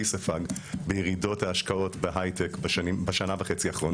ספג בירידות ההשקעות בהייטק בשנה וחצי האחרונות.